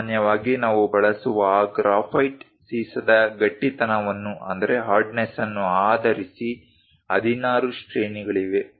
ಸಾಮಾನ್ಯವಾಗಿ ನಾವು ಬಳಸುವ ಆ ಗ್ರ್ಯಾಫೈಟ್ ಸೀಸದ ಗಟ್ಟಿತನವನ್ನು ಆಧರಿಸಿ 16 ಶ್ರೇಣಿಗಳಿವೆ